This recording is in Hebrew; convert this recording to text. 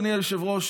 אדוני היושב-ראש,